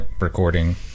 recording